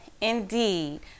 indeed